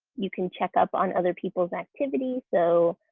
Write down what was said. you can check up on other people's activity, so